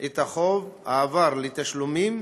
את חוב העבר לתשלומים,